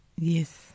Yes